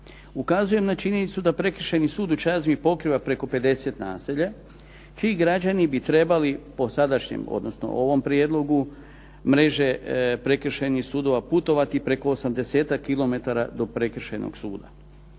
Ukazujem na činjenicu da Prekršajni sud u Čazmi pokriva preko 50 naselja čiji građani bi trebali po sadašnjem, odnosno ovom prijedlogu mreže prekršajnih sudova, putovati preko 80-tak kilometara do prekršajnog suda.